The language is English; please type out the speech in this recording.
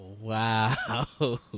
wow